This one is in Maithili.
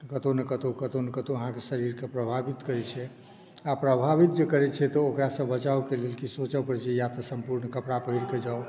कतहु ने कतहु कतहु ने कतहु अहाँके शरीरके प्रभावित करैत छै आओर प्रभावित जे करैत छै तऽ ओकरासँ बचावके लेल किछु सोचय पड़ैत छै या तऽ सम्पूर्ण कपड़ा पहिर कऽ जाउ